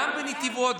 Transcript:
גם בנתיבות,